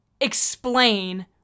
explain